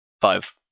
five